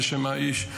לשם האיש.